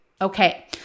Okay